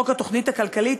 חוק התוכנית הכלכלית,